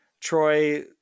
Troy